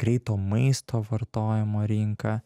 greito maisto vartojimo rinka